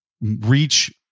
reach